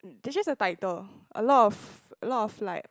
it's just a title a lot of a lot of like